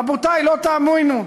רבותי, לא תאמינו,